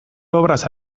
obraz